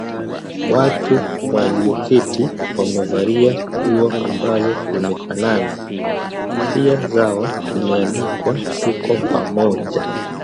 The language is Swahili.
Watu walioketi wamevalia nguo ambazo zinafanana ,kofia zao zimeandikwa tuko pamoja